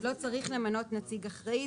לא צריך למנות נציג אחראי,